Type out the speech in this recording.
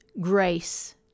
Grace